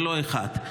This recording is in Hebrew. ולא אחד.